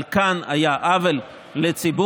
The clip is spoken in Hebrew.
אבל כאן היה עוול לציבור,